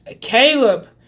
Caleb